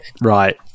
Right